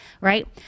right